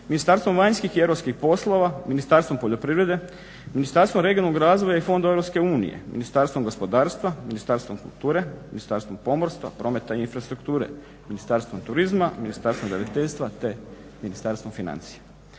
Ministarstvom vanjskih i europskih poslova, Ministarstvom poljoprivrede, Ministarstvom regionalnog razvoja i fondova Europske unije, Ministarstvom gospodarstva, Ministarstvom kulture, Ministarstvom pomorstva, prometa i infrastrukture, Ministarstvom turizma, Ministarstvom graditeljstva te Ministarstvom financija.